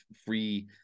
free